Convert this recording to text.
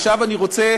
עכשיו אני רוצה